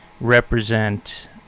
represent